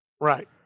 Right